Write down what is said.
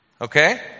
Okay